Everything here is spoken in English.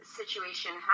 situation